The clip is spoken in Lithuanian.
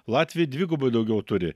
latviai dvigubai daugiau turi